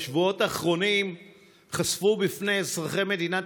בשבועות האחרונים חשפו בפני אזרחי מדינת